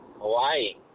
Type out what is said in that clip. Hawaii